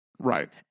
Right